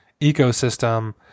ecosystem